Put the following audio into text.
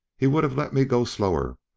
he would have let me go slower,